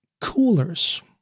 coolers